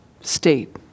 state